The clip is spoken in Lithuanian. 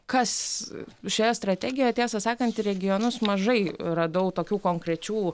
kas šioje strategija tiesą sakant į regionus mažai radau tokių konkrečių